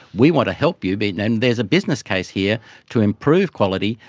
we want to help you but and and there's a business case here to improve quality,